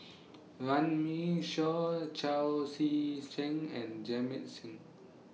Runme Shaw Chao Tzee Cheng and Jamit Singh